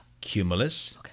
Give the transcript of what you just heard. cumulus